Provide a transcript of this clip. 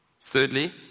Thirdly